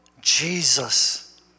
Jesus